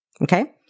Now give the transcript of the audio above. okay